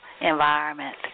environment